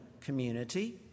community